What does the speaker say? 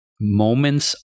moments